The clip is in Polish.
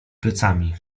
plecami